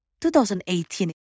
2018